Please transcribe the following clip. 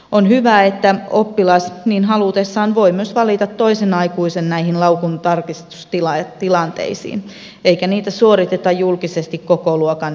on hyvä että oppilas niin halutessaan voi myös valita toisen aikuisen näihin laukuntarkistustilanteisiin eikä niitä suoriteta julkisesti koko luokan edessä